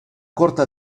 corta